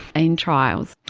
in trials.